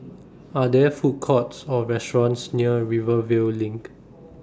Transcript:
Are There Food Courts Or restaurants near Rivervale LINK